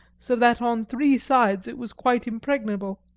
so that on three sides it was quite impregnable,